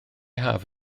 haf